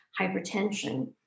hypertension